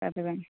పెద్ద వ్యాన్